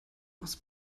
aus